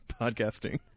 podcasting